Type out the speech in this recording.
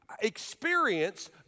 experience